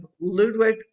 ludwig